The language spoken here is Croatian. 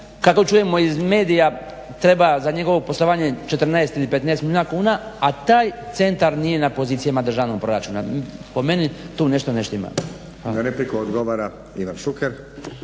kako čujemo iz medija, treba za njegovo poslovanje 14 ili 15 milijuna kuna, a taj centar nije na pozicijama državnog proračuna. Po meni tu nešto ne štima.